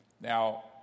Now